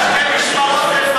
אתה היית שתי משמרות לפני.